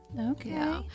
okay